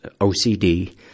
OCD